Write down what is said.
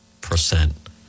percent